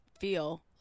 feel